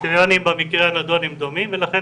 הקריטריונים במקרה הנדון הם דומים ולכן